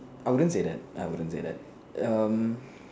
I wouldn't say that I wouldn't say that um